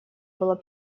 было